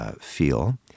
Feel